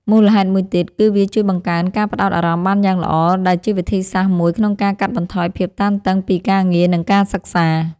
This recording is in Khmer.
មូលហេតុមួយទៀត គឺវាជួយបង្កើនការផ្ដោតអារម្មណ៍បានយ៉ាងល្អ ដែលជាវិធីសាស្ត្រមួយក្នុងការកាត់បន្ថយភាពតានតឹងពីការងារ និងការសិក្សា។